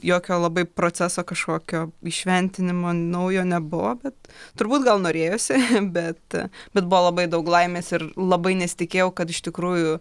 jokio labai proceso kažkokio įšventinimo naujo nebuvo bet turbūt gal norėjosi bet bet buvo labai daug laimės ir labai nesitikėjau kad iš tikrųjų